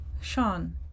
Sean